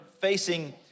facing